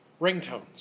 Ringtones